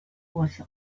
was